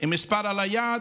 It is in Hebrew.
עם מספר על היד,